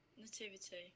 Nativity